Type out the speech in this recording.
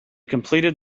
completed